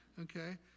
okay